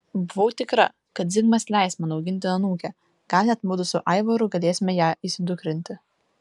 buvau tikra kad zigmas leis man auginti anūkę gal net mudu su aivaru galėsime ją įsidukrinti